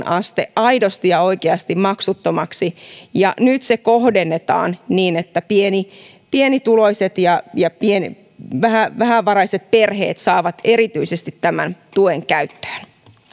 aste aidosti ja oikeasti maksuttomaksi ja nyt se kohdennetaan niin että pienituloiset ja ja vähävaraiset perheet saavat erityisesti tämän tuen käyttöön